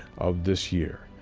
of this year.